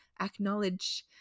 acknowledge